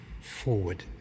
forward